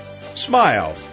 Smile